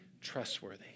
trustworthy